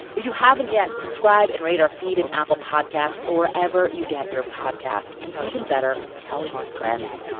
you haven't yet subscribe and read our feed and apple podcast or ever you get your podcasts and even better, tell your friends.